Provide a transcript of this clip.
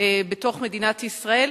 ובתוך מדינת ישראל,